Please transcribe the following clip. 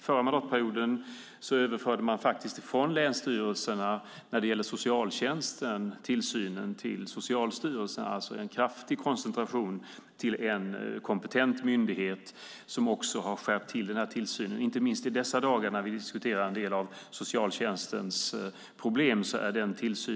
Förra mandatperioden överförde man från länsstyrelserna tillsynen när det gäller socialtjänsten till Socialstyrelsen. Det var alltså en kraftig koncentration till en kompetent myndighet som också har skärpt tillsynen. Denna tillsynsreform är välkommen inte minst i dessa dagar när vi diskuterar en del av socialtjänstens problem.